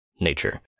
nature